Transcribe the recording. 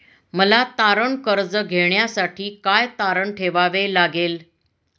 मला तारण कर्ज घेण्यासाठी काय तारण ठेवावे लागेल?